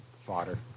Fodder